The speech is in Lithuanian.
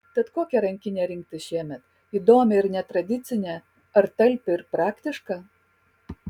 tad kokią rankinę rinktis šiemet įdomią ir netradicinę ar talpią ir praktišką